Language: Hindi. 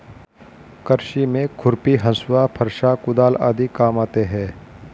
कृषि में खुरपी, हँसुआ, फरसा, कुदाल आदि काम आते है